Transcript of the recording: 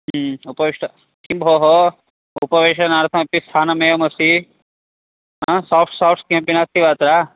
उपविष्ट किं भोः उपवेशनार्थमपि स्थानमेवमस्ति हा साफ़्ट् साफ़्ट् किमपि नास्ति वा अत्र